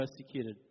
persecuted